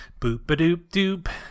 Boop-a-doop-doop